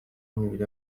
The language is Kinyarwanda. imibiri